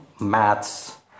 maths